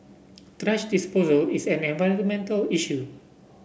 thrash disposal is an environmental issue